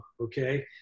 okay